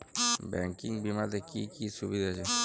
Banking বিমাতে কি কি সুবিধা আছে?